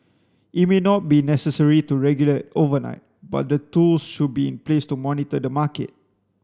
it may not be necessary to regulate overnight but the tools should be in place to monitor the market